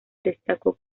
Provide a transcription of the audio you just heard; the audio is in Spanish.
destacó